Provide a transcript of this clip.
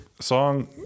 song